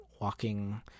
walking